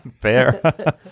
Fair